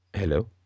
Hello